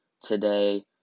today